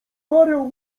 parę